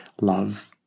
love